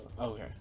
Okay